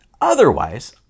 Otherwise